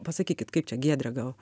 pasakykit kaip čia giedre gal